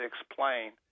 explain